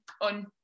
on